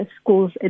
schools